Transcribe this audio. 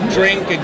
drink